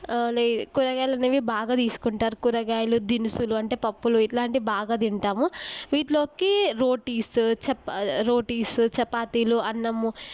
కూరగాలనేవి బాగా తీసుకుంటారు కూరగాయలు దినుసులు అంటే పప్పులు ఇట్లాంటి బాగా తింటాము వీటిలోకి రొటీస్ చపా రొటీస్ చపాతీలు అన్నము